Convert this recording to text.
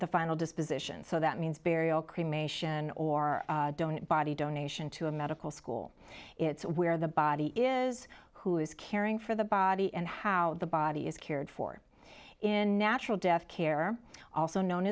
the final disposition so that means burial cremation or don't body donation to a medical school it's where the body is who is caring for the body and how the body is cared for in natural death care also known